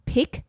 Pick